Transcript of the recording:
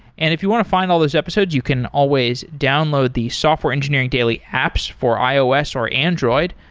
and if you want to find all these episodes, you can always download the software engineering daily apps for ios or android.